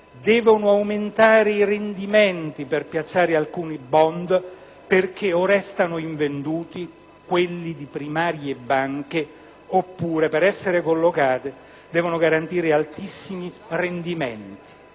devono aumentare i rendimenti per piazzare alcuni *bond*, perché o restano invenduti (quelli di primarie banche) oppure, per essere collocati, devono garantire altissimi rendimenti.